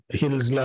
hills